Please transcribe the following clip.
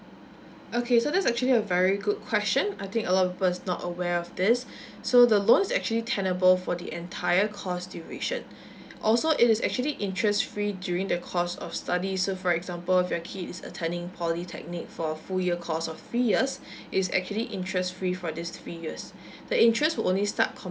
okay so this actually a very good question I think a lot of people is not aware of this so the loan is actually tenable for the entire course duration also it is actually interest free during the course of study so for example if your kid is attending polytechnic for full year course of three years it's actually interest free for this three years the interest will only start commencing